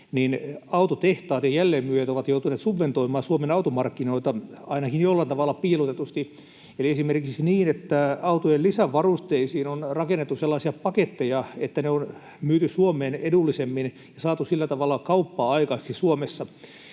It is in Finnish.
niin autotehtaat ja jälleenmyyjät ovat joutuneet subventoimaan Suomen automarkkinoita ainakin jollain tavalla piilotetusti eli esimerkiksi niin, että autojen lisävarusteisiin on rakennettu sellaisia paketteja, että ne on myyty Suomeen edullisemmin ja saatu sillä tavalla kauppaa aikaiseksi Suomessa.